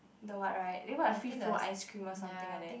the what right they got free flow ice cream or something like that